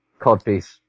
codpiece